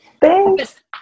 thanks